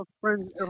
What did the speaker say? friends